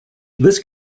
this